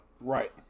Right